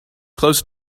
close